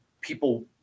people